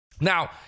Now